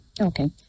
okay